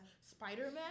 Spider-Man